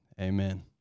Amen